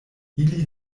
ili